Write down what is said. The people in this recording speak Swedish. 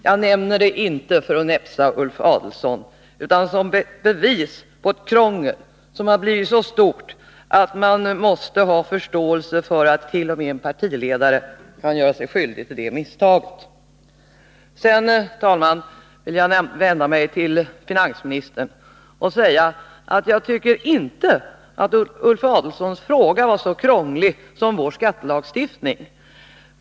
Jag nämner detta inte för att näpsa Ulf Adelsohn utan för att ge bevis på ett krångel som har blivit så stort att man måste ha förståelse för att t.o.m. en partiledare kan göra sig skyldig till misstag av nämnda slag. Sedan, herr talman, vill jag till finansministern säga att jag tycker att Ulf Adelsohns fråga inte alls är så krånglig som vår skattelagstiftning är.